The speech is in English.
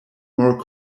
more